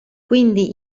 quindi